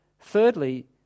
Thirdly